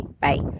Bye